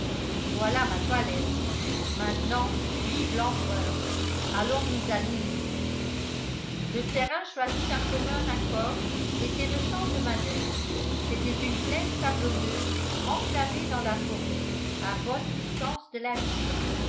voilà ma toilette maintenant vive l'empereur allons nous aligner le terrain choisi d'un commun accord était le champ de manoeuvres c'est une plaine sablonneuse enclavée dans la forêt à bonne distance de la ville